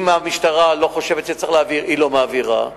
אם המשטרה לא חושבת שצריך להעביר היא לא מעבירה.